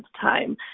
time